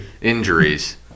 Injuries